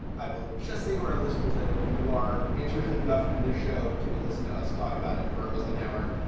i will just say to our listeners that if you are interested enough in this show to listen to us talk about it for almost an hour,